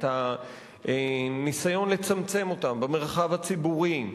את הניסיון לצמצם אותן במרחב הציבורי,